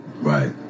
right